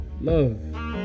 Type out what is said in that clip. Love